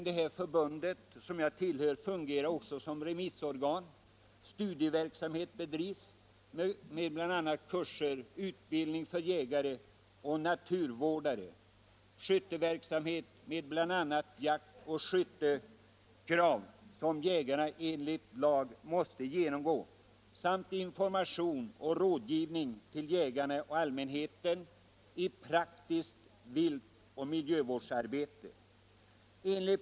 Det förbund jag tillhör fungerar också som remissorgan. Man bedriver också studieverksamhet med bl.a. kurser med utbildning för jägare och naturvårdare, skytteverksamhet med bl.a. jaktoch skytteprov som jägarna enligt lag måste genomgå samt information och rådgivning om praktiskt viltoch miljövårdsarbete till såväl jägarna som allmänheten.